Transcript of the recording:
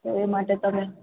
એ માટે તમે